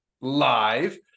live